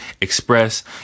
Express